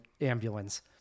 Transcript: ambulance